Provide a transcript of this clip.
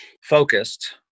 focused